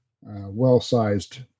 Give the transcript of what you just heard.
well-sized